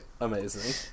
amazing